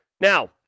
Now